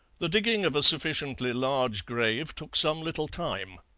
the digging of a sufficiently large grave took some little time.